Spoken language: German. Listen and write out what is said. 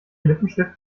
lippenstift